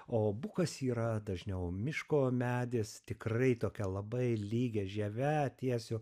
o bukas yra dažniau miško medis tikrai tokia labai lygia žieve tiesiu